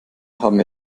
haben